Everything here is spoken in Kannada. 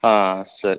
ಹಾಂ ಸರ್